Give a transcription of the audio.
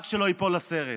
רק שלא ייפול הסרט,